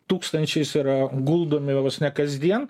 tūkstančiais yra guldomi vos ne kasdien